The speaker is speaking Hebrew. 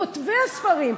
מכותבי הספרים.